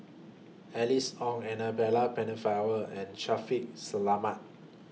Alice Ong Annabel Pennefather and Shaffiq Selamat